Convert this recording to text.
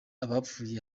abapfuye